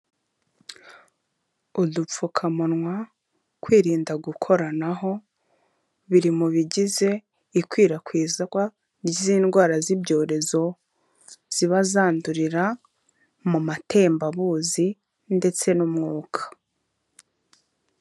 Udupfukamunwa, kwirinda gukoranaho biri mu bigize ikwirakwizwi ry'indwara z'ibyorezo ziba zandurira mu matembabuzi ndetse n'umwuka.